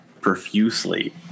profusely